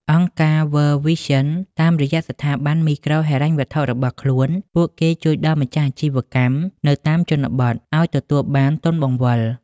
អង្គការ World Vision តាមរយៈស្ថាប័នមីក្រូហិរញ្ញវត្ថុរបស់ខ្លួន ពួកគេជួយដល់ម្ចាស់អាជីវកម្មនៅតាមជនបទឱ្យទទួលបាន "ទុនបង្វិល"។